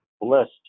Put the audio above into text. blessed